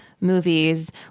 movies